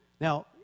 Now